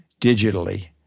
digitally